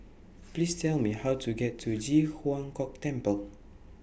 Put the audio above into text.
Please Tell Me How to get to Ji Huang Kok Temple